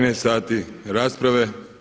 13 sati rasprave.